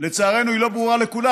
לצערנו היא לא ברורה לכולם.